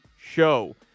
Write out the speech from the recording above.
show